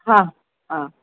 हां हां